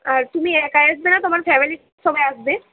আর তুমি একা আসবে না তোমার ফ্যামিলির সবাই আসবে